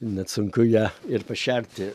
net sunku ją ir pašerti